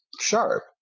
sharp